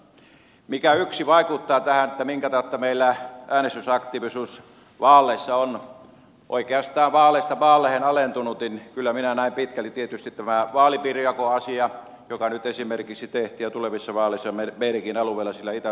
yhtenä mikä vaikuttaa tähän minkä tautta meillä äänestysaktiivisuus vaaleissa on oikeastaan vaaleista vaaleihin alentunut kyllä minä näen pitkälti tietysti tämän vaalipiirijakoasian joka nyt esimerkiksi tehtiin ja tulevissa vaaleissa meidänkin alueellamme siellä itä suomessa tehdään